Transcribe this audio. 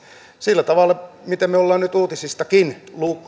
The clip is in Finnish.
sillä tavalla miten me olemme nyt uutisistakin